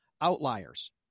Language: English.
outliers